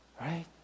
Right